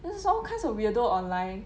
there's all kinds of weirdo online